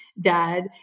dad